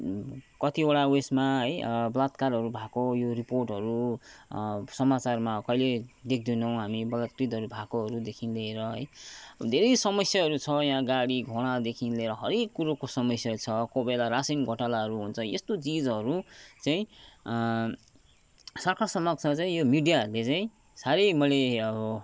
कतिवटा उयेसमा है बलात्कारहरू भएको यो रिपोर्टहरू समाचारमा कहिले देख्दैनौँ हामी बलात्कृतहरू भएकोहरूदेखि लिएर है धेरै समस्याहरू छ यहाँ गाडी घोँडादेखि लिएर हरेक कुरोको समस्या छ कोही बेला रासिन घोटालाहरू हुन्छ यस्तो चिजहरू चै सरकार समक्षमा चै यो मिडियाहरले चै साह्रै मैले आबो